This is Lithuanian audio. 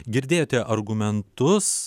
girdėjote argumentus